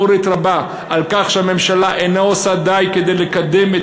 ביקורת רבה על כך שהממשלה אינה עושה די כדי לקדם את